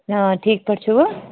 اۭں ٹھیٖک پٲٹھۍ چھِوٕ